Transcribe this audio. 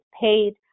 paid